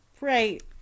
Right